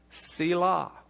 Sila